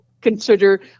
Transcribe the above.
consider